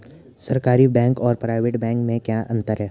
सरकारी बैंक और private bank में क्या क्या अंतर हैं?